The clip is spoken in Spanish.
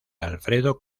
alfredo